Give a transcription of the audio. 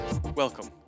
Welcome